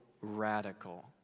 radical